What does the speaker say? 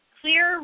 clear